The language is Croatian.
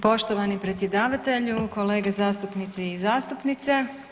Poštovani predsjedavatelju, kolege zastupnici i zastupnice.